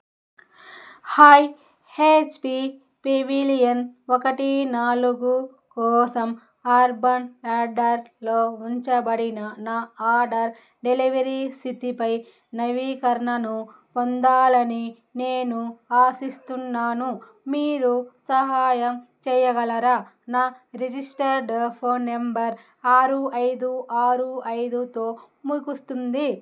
hi HP Pavilion ఒకటి నాలుగు కోసం ఆర్బన్ రాడ్డార్లో ఉంచబడిన నా ఆర్డర్ డెలివరీ సితిపై నవీకరణను పొందాలని నేను ఆశిస్తున్నాను మీరు సహాయం చేయగలరా నా రిజిస్టర్డ్ ఫోన్ నెంబర్ ఆరు ఐదు ఆరు ఐదుతో ముగుస్తుంది